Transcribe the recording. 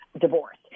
divorce